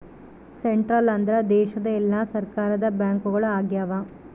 central ಅಂದ್ರ ದೇಶದ ಎಲ್ಲಾ ಸರ್ಕಾರದ ಬ್ಯಾಂಕ್ಗಳು ಆಗ್ಯಾವ